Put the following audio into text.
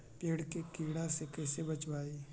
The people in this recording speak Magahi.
पेड़ के कीड़ा से कैसे बचबई?